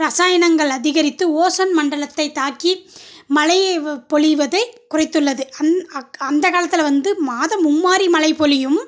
ரசாயனங்கள் அதிகரித்து ஓசோன் மண்டலத்தை தாக்கி மழையை பொழிவதை குறைத்துள்ளது அந்த அந்த காலத்தில் வந்து மாதம் மும்மாரி மழை பொழியும்